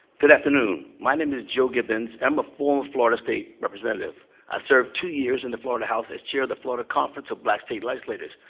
good afternoon. my name is joe gibbons. i'm a former florida state representative. i served two years in the florida house as chair of the florida conference of black state legislators.